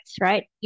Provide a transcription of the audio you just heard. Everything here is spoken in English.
right